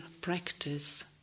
practice